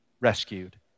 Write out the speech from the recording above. rescued